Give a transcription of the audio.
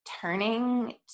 turning